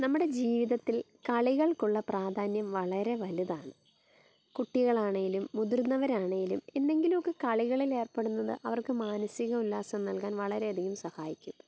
നമ്മുടെ ജീവിതത്തിൽ കളികൾക്കുള്ള പ്രാധാന്യം വളരെ വലുതാണ് കുട്ടികളാണേലും മുതിർന്നവരാണേലും എന്തെങ്കിലുമൊക്കെ കളികളിൽ ഏർപ്പെടുന്നത് അവർക്ക് മാനസിക ഉല്ലാസം നല്കാൻ വളരെ അധികം സഹായിക്കും